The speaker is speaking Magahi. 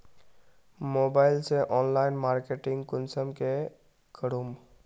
मोबाईल से ऑनलाइन मार्केटिंग कुंसम के करूम?